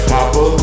Papa